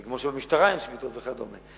וכמו שבמשטרה אין שביתות וכדומה.